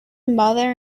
mother